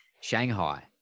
Shanghai